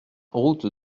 route